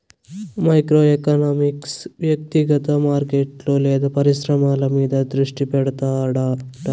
micro economics వ్యక్తిగత మార్కెట్లు లేదా పరిశ్రమల మీద దృష్టి పెడతాడట